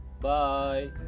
Bye